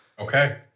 Okay